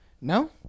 No